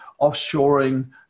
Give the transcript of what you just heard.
offshoring